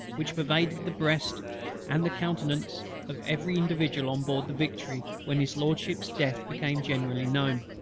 which pervaded the breast and the countenance of every individual on board the victory when his lordship's death became generally known.